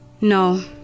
No